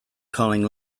calling